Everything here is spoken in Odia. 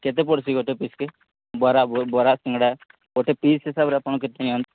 କେତେ ପଡ଼ସି ଗୋଟେ ପିସ୍କେ ବରା ବରା ସିଙ୍ଗଡ଼ା ଗୋଟେ ପିସ୍ ହିସାବରେ ଆପଣ କେତେ ନିଅନ୍ତି